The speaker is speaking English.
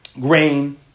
grain